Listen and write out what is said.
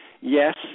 yes